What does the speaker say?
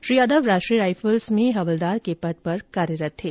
Shri Yadav Rashtriya Rifles में हवलदार के पद पर कार्यरत थे